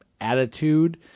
attitude